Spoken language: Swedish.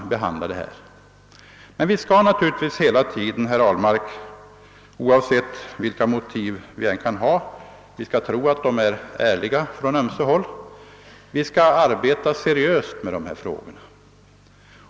Men vi skall naturligtvis hela tiden, herr Ahlmark, oavsett vilka motiv vi kan ha, arbeta seriöst med dessa frågor.